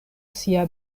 sia